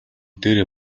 дээрээ